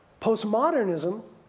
Postmodernism